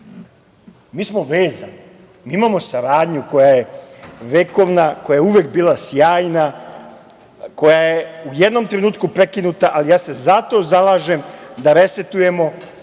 Mi smo vezani. Mi imamo saradnju koja je vekovna, koja je uvek bila sjajna, koja je u jednom trenutku prekinuta, ali se zalažem da resetujemo